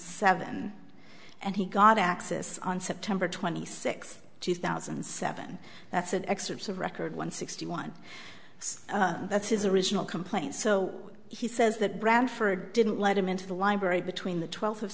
seven and he got access on september twenty sixth two thousand and seven that's an excerpt of record one sixty one that's his original complaint so he says that bradford didn't let him into the library between the twelfth of